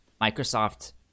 Microsoft